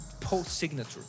post-signature